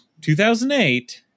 2008